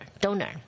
donor